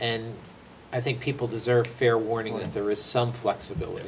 and i think people deserve fair warning when there is some flexibility